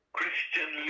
Christian